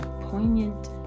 poignant